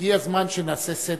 הגיע הזמן שנעשה סדר.